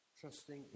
Trusting